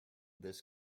this